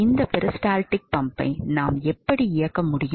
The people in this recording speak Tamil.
இந்த பெரிஸ்டால்டிக் பம்பை நாம் எப்படி இயக்க முடியும்